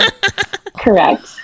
correct